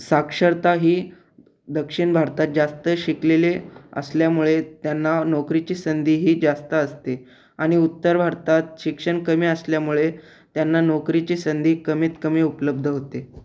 साक्षरता ही दक्षिण भारतात जास्त शिकलेले असल्यामुळे त्यांना नोकरीची संधीही जास्त असते आणि उत्तर भारतात शिक्षण कमी असल्यामुळे त्यांना नोकरीची संधी कमीत कमी उपलब्ध होते